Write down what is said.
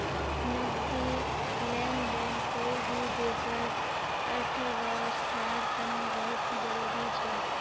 नकदी लेन देन कोई भी देशर अर्थव्यवस्थार तने बहुत जरूरी छ